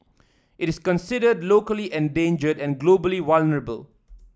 it is considered locally endangered and globally vulnerable